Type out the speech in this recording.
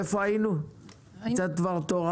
לעניין זה.